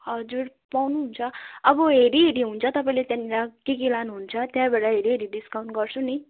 हजुर पाउनु हुन्छ अब हेरिहेरि हुन्छ तपाईँले त्यहाँनिर के के लानुहुन्छ त्यहाँबाटै हेरिहेरि डिस्काउन्ट गर्छु नि